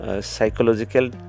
psychological